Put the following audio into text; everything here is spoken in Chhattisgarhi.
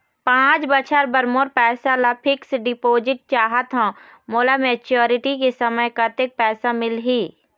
पांच बछर बर मोर पैसा ला फिक्स डिपोजिट चाहत हंव, मोला मैच्योरिटी के समय कतेक पैसा मिल ही?